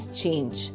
change